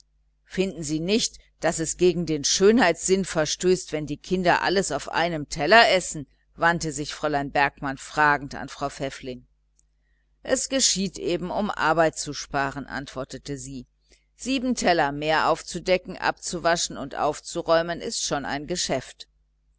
finden sie nicht daß es gegen den schönheitssinn verstößt wenn die kinder alles auf einem und demselben teller essen wandte sich fräulein bergmann fragend an frau pfäffling es geschieht eben um arbeit zu sparen antwortete sie sieben teller mehr aufzudecken abzuwaschen und aufzuräumen ist schon ein geschäft